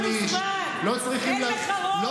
הוא לא איתך מזמן, אין לך רוב.